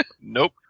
Nope